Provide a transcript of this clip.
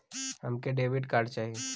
हमके debit card चाही?